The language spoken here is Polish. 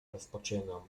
rozpoczynam